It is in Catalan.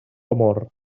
amor